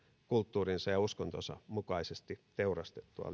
kulttuurinsa ja uskontonsa mukaisesti teurastettua